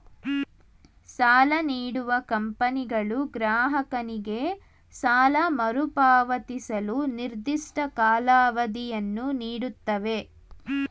ಸಾಲ ನೀಡುವ ಕಂಪನಿಗಳು ಗ್ರಾಹಕನಿಗೆ ಸಾಲ ಮರುಪಾವತಿಸಲು ನಿರ್ದಿಷ್ಟ ಕಾಲಾವಧಿಯನ್ನು ನೀಡುತ್ತವೆ